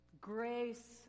grace